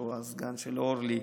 שהוא הסגן של אורלי,